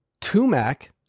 Tumac